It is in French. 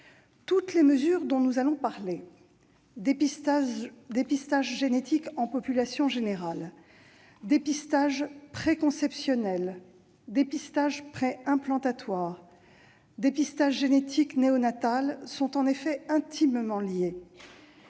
Toutes les mesures dont nous allons parler- dépistage génétique en population générale, dépistage préconceptionnel, dépistage préimplantatoire, dépistage génétique néonatal -sont en effet intimement liées.